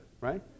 right